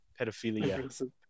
pedophilia